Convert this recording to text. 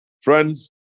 Friends